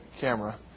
camera